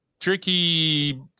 tricky